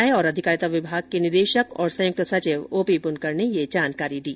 सामाजिक न्याय और अधिकारिता विभाग के निदेशक और संयुक्त सचिव ओपी ब्नकर ने यह जानकारी दी